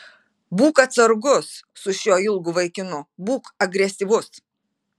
būk atsargus su šiuo ilgu vaikinu būk agresyvus